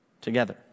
Together